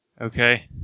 Okay